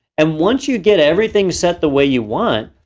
and once you get everything set the way you want,